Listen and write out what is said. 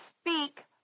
speak